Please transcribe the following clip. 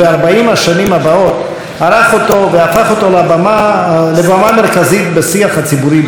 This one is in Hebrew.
הבאות ערך אותו והפך אותו לבמה מרכזית בשיח הציבורי בישראל.